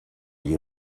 gli